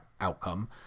outcome